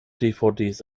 dvds